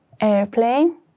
airplane